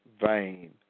vain